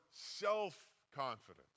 self-confidence